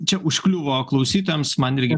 čia užkliuvo klausytojams man irgi